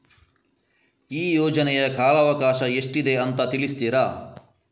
ಈ ಯೋಜನೆಯ ಕಾಲವಕಾಶ ಎಷ್ಟಿದೆ ಅಂತ ತಿಳಿಸ್ತೀರಾ?